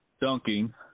dunking